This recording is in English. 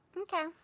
okay